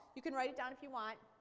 you can write it down if you want.